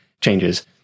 changes